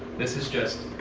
this is just.